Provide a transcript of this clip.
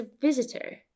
visitor